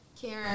Karen